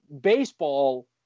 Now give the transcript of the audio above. baseball